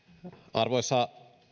arvoisa